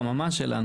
כמה כסף בערך?